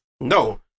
No